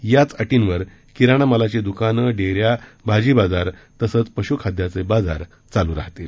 याच अटींवर किराणा मालाची दूकानं डेऱ्या भाजी बाजार तसेच पशुखाद्याचे बाजार चालू राहतील